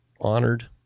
honored